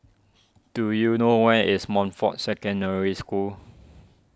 do you know where is Montfort Secondary School